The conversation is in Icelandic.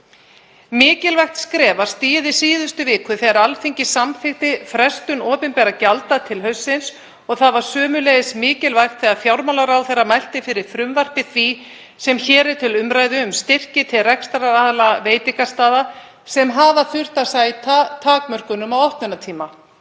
Mikilvægt skref var stigið í síðustu viku þegar Alþingi samþykkti frestun opinberra gjalda til haustsins og það var sömuleiðis mikilvægt þegar fjármálaráðherra mælti fyrir frumvarpi því sem hér er til umræðu um styrki til rekstraraðila veitingastaða sem hafa þurft að sæta takmörkunum á opnunartíma.